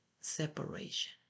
separation